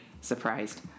surprised